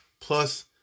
plus